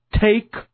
take